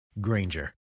Granger